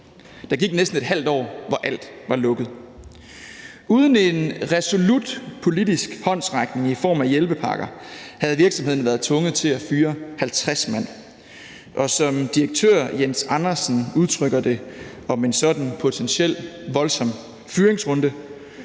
Der gik næsten et halvt år, hvor alt var lukket. Uden en resolut politisk håndsrækning i form af hjælpepakker havde virksomhederne været tvunget til at fyre 50 mand. Som direktør Jens Andersen udtrykker det om en sådan potentiel voldsom fyringsrunde,